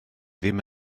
ddim